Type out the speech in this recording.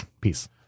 Peace